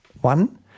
One